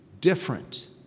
different